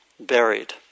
Buried